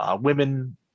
women